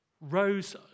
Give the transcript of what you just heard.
rose